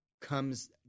comes